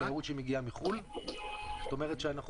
זאת אומרת,